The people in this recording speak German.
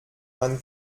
man